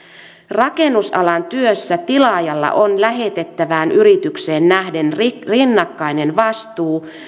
rakennusalan työssä tilaajalla on lähetettävään yritykseen nähden rinnakkainen vastuu